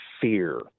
fear